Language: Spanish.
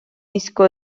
disco